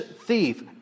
thief